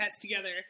together